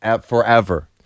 forever